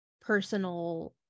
personal